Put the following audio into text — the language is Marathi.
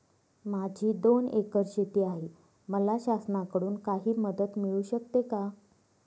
माझी दोन एकर शेती आहे, मला शासनाकडून काही मदत मिळू शकते का?